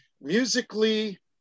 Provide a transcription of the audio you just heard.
Musically